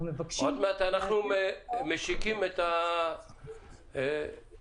אנחנו מבקשים להגדיל את הצורך --- עוד מעט